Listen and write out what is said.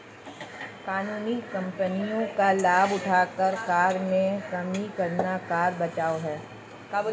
कानूनी कमियों का लाभ उठाकर कर में कमी करना कर बचाव है